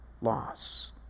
loss